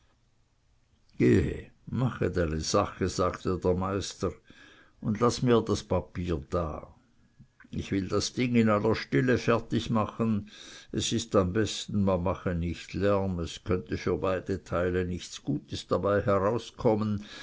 mach deine sache sagte der meister und laß mir das papier da ich will das ding in der stille fertig machen es ist am besten man mache nicht lärm es könnte für beide teile nichts gutes dabei herauskommen